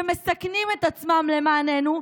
שמסכנים את עצמם למעננו,